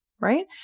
right